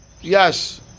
Yes